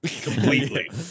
completely